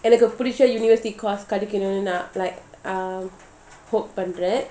எனக்குபிடிச்ச:enaku pidicha university course கெடைக்கணும்னுநான்:kedaikanumnu nan like um பண்றேன்:panren